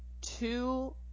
two